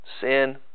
sin